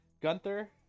Gunther